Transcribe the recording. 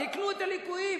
תיקנו את הליקויים,